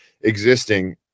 existing